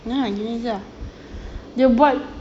ya ah gini jer lah dia buat